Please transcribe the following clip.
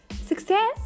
Success